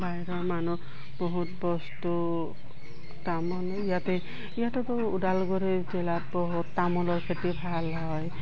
বাহিৰৰ মানুহ বহুত বস্তু তামোলো ইয়াতে ইয়াতেতো ওদালগুৰি জিলাত বহুত তামোলৰ খেতি ভাল হয়